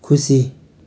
खुसी